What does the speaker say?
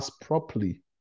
properly